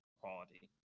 quality